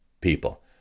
people